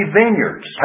vineyards